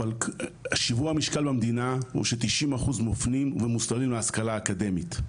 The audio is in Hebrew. שיווי המשקל הוא המדינה הוא ש-90% מופנים ומוסללים להשכלה האקדמית,